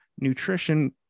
nutrition